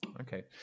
Okay